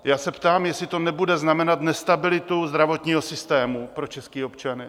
Já se ptám, jestli to nebude znamenat nestabilitu zdravotního systému pro české občany.